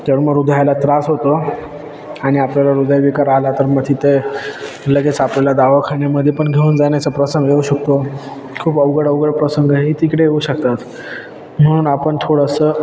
तर मग हृदयाला त्रास होतो आणि आपल्याला हृदय विकार आला तर मग तिथे लगेच आपल्याला दवाखान्यामध्ये पण घेऊन जाण्याचा प्रसंग येऊ शकतो खूप अवघड अवघड प्रसंग हे तिकडे येऊ शकतात म्हणून आपण थोडंसं